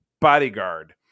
Bodyguard